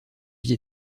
vie